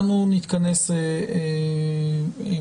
אנחנו נתכנס ב-16:50,